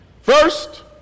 First